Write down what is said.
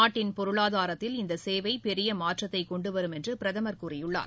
நாட்டின் பொருளாதாரத்தில் இந்த சேவை பெரிய மாற்றத்தை கொண்டுவரும் என்று பிரதமர் கூறியுள்ளார்